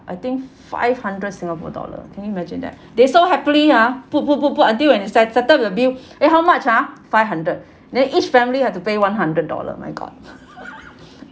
I think five hundred singapore dollar can you imagine that they so happily ah until when they set~ settle the bill eh how much ah five hundred then each family had to pay one hundred dollar my god